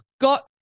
got